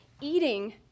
eating